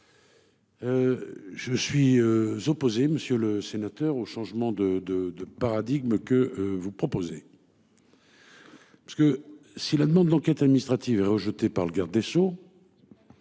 Je suis. Opposé Monsieur le Sénateur au changement de de de paradigme que vous proposez. Parce que si la demande d'enquête administrative, rejeté par le garde des Sceaux.